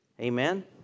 Amen